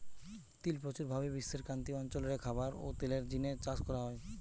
তিল প্রচুর ভাবি বিশ্বের ক্রান্তীয় অঞ্চল রে খাবার ও তেলের জিনে চাষ করা হয়